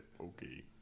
Okay